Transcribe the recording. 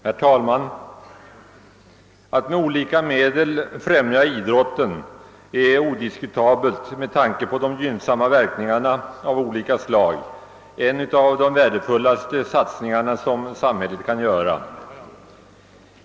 Herr talman! Att med olika medel främja idrotten är odiskutabelt — med tanke på de gynnsamma verkningarna av olika slag — en av de värdefullaste satsningar som samhället kan göra.